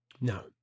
No